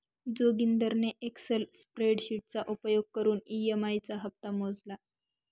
जोगिंदरने एक्सल स्प्रेडशीटचा उपयोग करून ई.एम.आई चा हप्ता मोजला